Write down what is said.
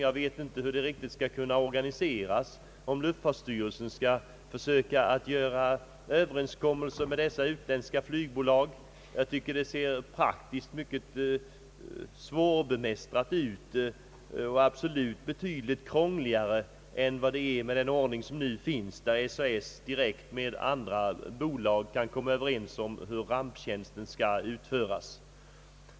Jag vet inte hur arbetet skall organiseras, om luftfartsverket skall försöka träffa överenskommelser med de utländska flygbolagen. Praktiskt förefaller problemet bli mycket svårbemästrat, och det nya systemet blir betydligt krångligare än den nuvarande ordningen, då SAS direkt med andra bolag kan komma överens om hur ramptjänsten skall utföras.